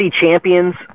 champions